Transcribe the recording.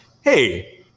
hey